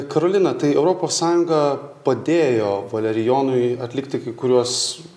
karolina tai europos sąjunga padėjo valerijonui atlikti kai kuriuos